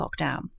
lockdown